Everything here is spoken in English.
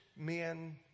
Men